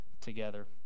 together